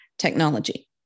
Technology